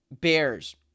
Bears